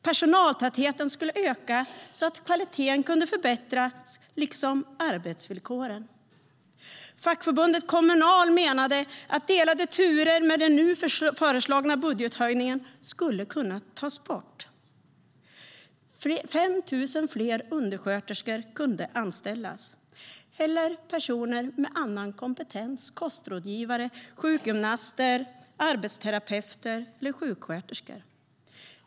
Personaltätheten skulle öka så att kvaliteten kunde förbättras liksom arbetsvillkoren. Fackförbundet Kommunal menar att med den nu föreslagna budgethöjningen skulle delade turer kunna tas bort. 5 000 fler undersköterskor skulle kunna anställas, eller personer med annan kompetens såsom kostrådgivare, sjukgymnaster, arbetsterapeuter eller sjuksköterskor.